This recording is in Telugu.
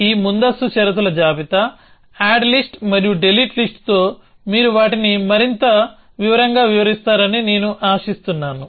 ఈ ముందస్తు షరతుల జాబితాఆడ్ లిస్ట్ మరియు డిలీట్ లిస్ట్ తో మీరు వాటిని మరింత వివరంగా వివరిస్తారని నేను ఆశిస్తున్నాను